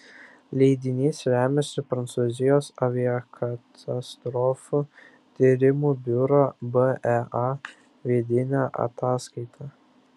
leidinys remiasi prancūzijos aviakatastrofų tyrimų biuro bea vidine ataskaita